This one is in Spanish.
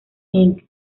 inc